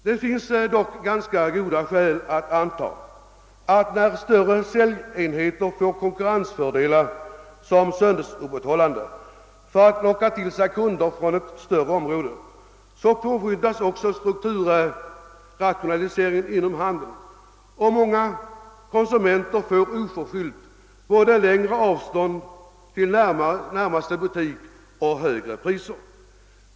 Det finns dock ganska goda skäl att anta, att när större säljenheter får konkurrensfördelar som söndagsöppethållande för att locka till sig kunder från ett större område, påskyndas också strukturrationaliseringen inom handel, och många konsumenter får oförskyllt både längre avstånd till närmaste butik och högre priser.